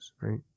right